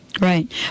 right